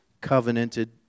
covenanted